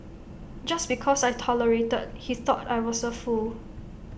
just because I tolerated he thought I was A fool